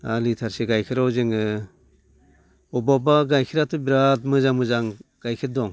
आरो लिटारसे गाइखेराव जोङो अबेबा अबेबा गाइखेराथ' बिराद मोजां मोजां गाइखेर दं